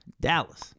Dallas